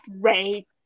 Great